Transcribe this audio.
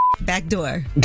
backdoor